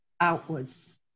outwards